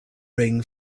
ring